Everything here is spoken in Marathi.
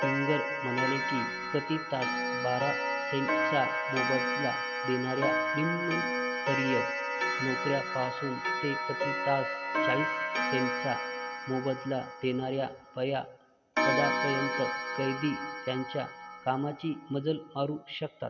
फिंगर म्हणाले की प्रति तास बारा सेंटचा मोबदला देणाऱ्या निम्नस्तरीय नोकऱ्यापासून ते प्रति तास चाळीस सेंटचा मोबदला देणाऱ्या बड्या पदापर्यंत कैदी त्यांच्या कामाची मजल मारू शकतात